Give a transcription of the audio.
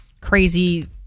Crazy